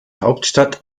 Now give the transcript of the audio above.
hauptstadt